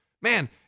Man